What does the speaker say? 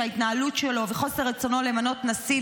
שההתנהלות שלו וחוסר רצונו למנות נשיא